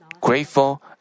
grateful